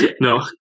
No